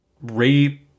rape